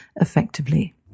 effectively